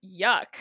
yuck